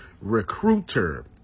recruiter